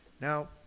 Now